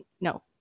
no